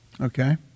Okay